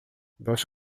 dois